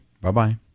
Bye-bye